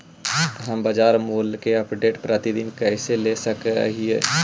हम बाजार मूल्य के अपडेट, प्रतिदिन कैसे ले सक हिय?